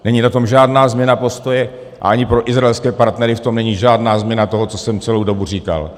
Není na tom žádná změna postoje, ani pro izraelské partnery v tom není žádná změna toho, co jsem celou dobu říkal.